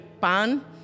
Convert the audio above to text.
pan